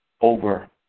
over